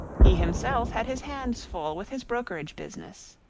he himself had his hands full with his brokerage business.